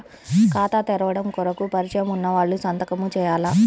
ఖాతా తెరవడం కొరకు పరిచయము వున్నవాళ్లు సంతకము చేయాలా?